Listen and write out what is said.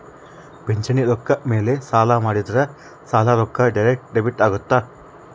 ಪಿಂಚಣಿ ರೊಕ್ಕ ಮೇಲೆ ಸಾಲ ಮಾಡಿದ್ರಾ ಸಾಲದ ರೊಕ್ಕ ಡೈರೆಕ್ಟ್ ಡೆಬಿಟ್ ಅಗುತ್ತ